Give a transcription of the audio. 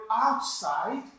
outside